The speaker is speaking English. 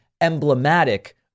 emblematic